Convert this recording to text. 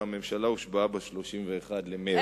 והממשלה הושבעה ב-31 במרס.